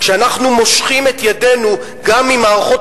כשאנחנו מושכים את ידינו גם ממערכות